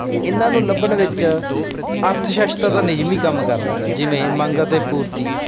ਇਹਨਾਂ ਨੂੰ ਲੱਭਣ ਵਿੱਚ ਅਰਥ ਸ਼ਸਤਰ ਦਾ ਨਿਯਮ ਹੀ ਕੰਮ ਕਰਦਾ ਹੈ ਜਿਵੇਂ ਮੰਗ ਅਤੇ ਪੂਰਤੀ